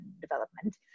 development